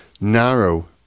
narrow